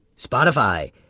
Spotify